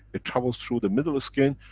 it travels through the middle of skin,